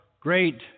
great